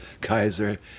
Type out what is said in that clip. Kaiser